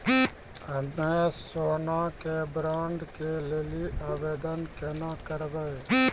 हम्मे सोना के बॉन्ड के लेली आवेदन केना करबै?